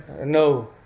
No